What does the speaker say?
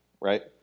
right